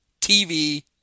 TV